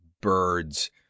Birds